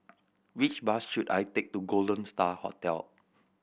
which bus should I take to Golden Star Hotel